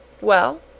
Well